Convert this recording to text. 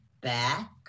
back